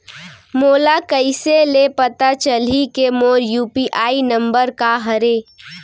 मोला कइसे ले पता चलही के मोर यू.पी.आई नंबर का हरे?